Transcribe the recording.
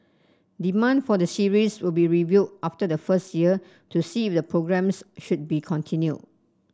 demand for the series will be reviewed after the first year to see if the programmes should be continued